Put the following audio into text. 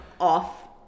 off